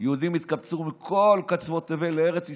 יהודים התקבצו מכל קצוות תבל לארץ ישראל,